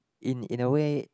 in in a way